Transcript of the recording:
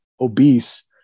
obese